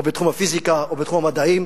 או בתחום הפיזיקה, או בתחום המדעים.